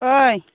ओइ